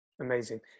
amazing